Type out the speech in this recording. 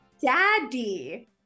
Daddy